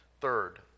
Third